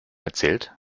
erzählt